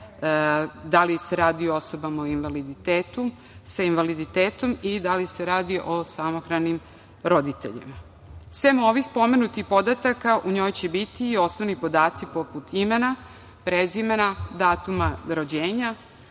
da li se radi o osobama sa invaliditetom i da li se radi o samohranim roditeljima. Sem ovih pomenutih podataka, u njoj će biti i osnovni podaci, poput imena, prezimena, datuma rođenja,